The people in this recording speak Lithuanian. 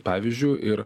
pavyzdžiu ir